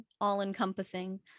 all-encompassing